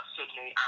Sydney